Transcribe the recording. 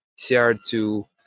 CR2